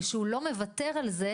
ושהוא לא מוותר על זה,